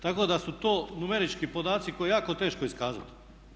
Tako da su to numerički podaci koje je jako teško iskazati.